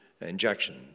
injection